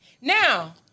Now